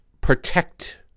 protect